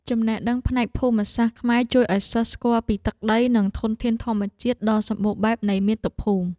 ចំណេះដឹងផ្នែកភូមិសាស្ត្រខ្មែរជួយឱ្យសិស្សស្គាល់ពីទឹកដីនិងធនធានធម្មជាតិដ៏សម្បូរបែបនៃមាតុភូមិ។